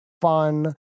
fun